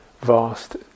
vast